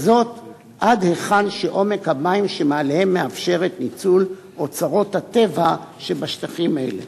עד היכן שעומק המים שמעליהם מאפשר את ניצול אוצרות הטבע שבשטחים אלה.